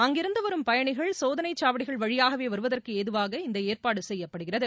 அங்கிருந்து வரும் பயணிகள் சோதனை சாவடிகள் வழியாகவே வருவதற்கு ஏதுவாக இந்த ஏற்பாடு செய்யப்படுகிறது